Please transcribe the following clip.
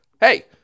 Hey